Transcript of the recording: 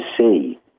see